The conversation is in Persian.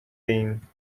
ایم